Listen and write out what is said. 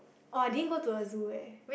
oh I didn't go to the zoo eh